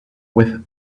with